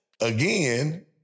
Again